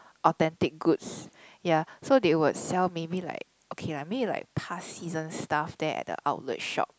authentic goods ya so they would sell maybe like okay lah maybe like past season stuff there at the outlet shop